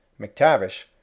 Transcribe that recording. McTavish